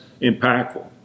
impactful